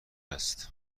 است